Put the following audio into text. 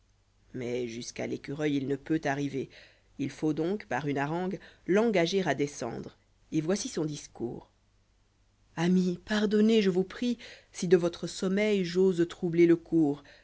mais jusqu'à l'écureuil il ne peut arriver il faut donc par une harangue l'engager à descendre et voici son discours ami pardonnez je vous prie si de votre sommeil j'ose troubler le cours